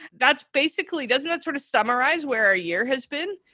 that's basically doesn't that sort of summarize where a year has been?